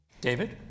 David